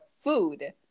food